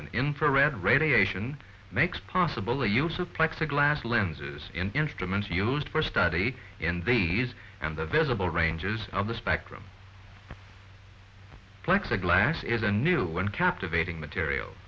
and infrared radiation makes possible the use of plexiglass lenses in instruments used for study in these and the visible ranges of the spectrum plexiglas is a new one captivating material